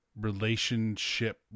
relationship